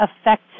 affect